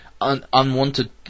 unwanted